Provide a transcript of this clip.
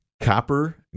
copper